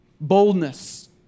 boldness